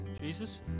Jesus